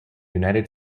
united